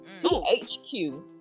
thq